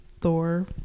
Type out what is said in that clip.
Thor